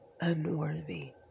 Unworthy